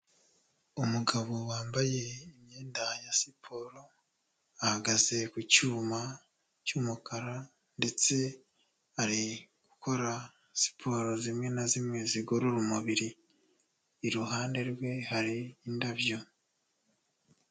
Umugabo wambaye imyenda ya siporo, ahagaze ku cyuma cy'umukara ndetse ari gukora siporo zimwe na zimwe zigorora umubiri. Iruhande rwe, hari indabyo.